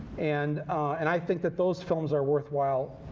and and i think that those films are worthwhile,